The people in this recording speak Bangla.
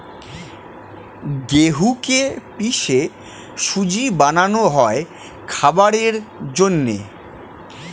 গেহুকে পিষে সুজি বানানো হয় খাবারের জন্যে